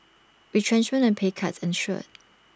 retrenchment and pay cuts ensued